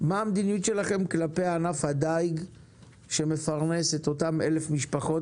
מה המדיניות שלכם לגבי עתיד ענף הדיג שמפרנס את אותן 1,000 משפחות?